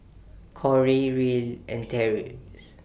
Corry Reil and Tracie